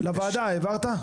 לוועדה העברת?